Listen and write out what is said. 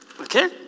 Okay